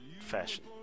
fashion